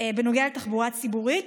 בנוגע לתחבורה הציבורית,